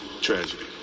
tragedy